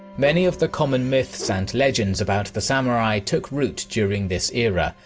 many of the common myths and legends about the samurai took root during this era,